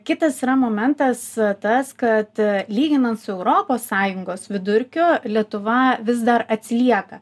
kitas yra momentas tas kad lyginant su europos sąjungos vidurkiu lietuva vis dar atsilieka